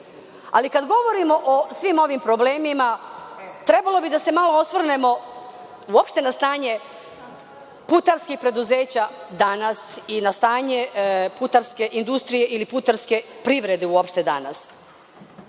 nema. Kada govorimo o svim ovim problemima trebalo bi da se malo osvrnemo uopšte na stanje putarskih preduzeća danas i na stanje putarske industrije ili putarske privrede uopšte danas.